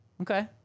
Okay